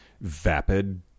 vapid